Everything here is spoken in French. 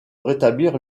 rétablir